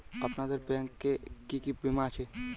আপনাদের ব্যাংক এ কি কি বীমা আছে?